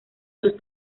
sus